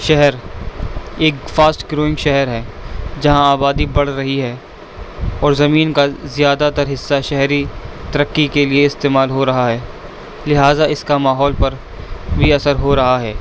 شہر ایک fast growing شہر ہے جہاں آبادی بڑھ رہی ہے اور زمین کا زیادہ تر حصہ شہری ترقی کے لیے استعمال ہو رہا ہے لہٰذا اس کا ماحول پر بھی اثر ہو رہا ہے